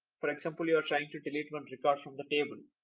for example, you are trying to delete one record from the table,